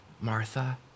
Martha